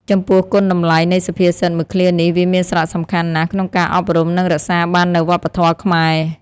ចំពោះគុណតម្លៃនៃសុភាសិតមួយឃ្លានេះ វាមានសារៈសំខាន់ណាស់ក្នុងការអប់រំ និងរក្សាបាននូវវប្បធម៌ខ្មែរ។